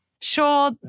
Sure